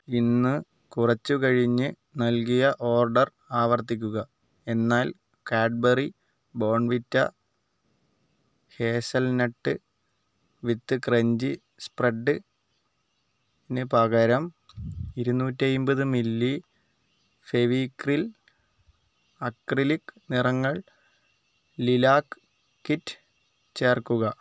ഇന്ന് കുറച്ചു കഴിഞ്ഞ് നൽകിയ ഓർഡർ ആവർത്തിക്കുക എന്നാൽ Cadbury Bournvita hazelnut with crunchy സ്പ്രെഡ്ഡിന് പകരം ഇരുനൂറ്റിയമ്പത് മില്ലി ഫെവിക്രിൽ അക്രിലിക് നിറങ്ങൾ ലൈലാക് കിറ്റ് ചേർക്കുക